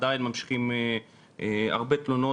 עדיין ממשיכים להגיע הרבה תלונות.